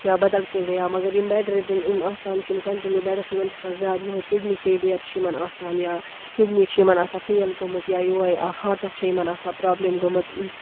یا بدل کیٚنہہ گٔیو مَگر یِم بیڈ رِڈن یِم آسان چھِ یِم کَنٹِنیو بیڈَس پٮ۪ٹھ یِمن چھُ آسان زیادٕ یِہوے کِڑنی فیلیٚر چھُ آسان یِمن یا کِڑنی چھِ یِمن آسان فیل گٔمٕژ یا یِہوے ہاٹَس چھےٚ یِمن آسان پرابلِم گٔمٕژ